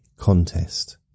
contest